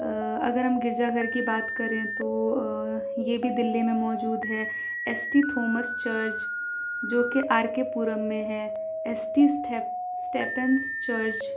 اگر ہم گرجا گھر کی بات کریں تو یہ بھی دلی میں موجود ہے ایس ٹی تھومس چرچ جو کہ آر کے پورم میں ہے ایس ٹی سٹھیپ اسٹیپنس چرچ